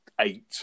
eight